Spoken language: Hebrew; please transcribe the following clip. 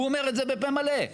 הוא אומר את זה בפה מלא.